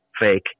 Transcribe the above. fake